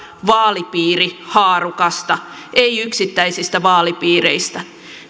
vaalipiirihaarukasta ei yksittäisistä vaalipiireistä